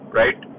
right